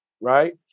right